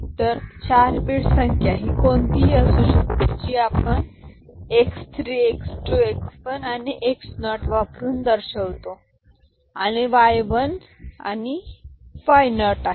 तर 4 बिट संख्या ही कोणतीही गोष्ट असू शकते जी आपण x 3 x 2 x 1 आणि x 0 वापरुन दर्शवितो आणि हे y 1 आणि y 0 आहे